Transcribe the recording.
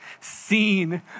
seen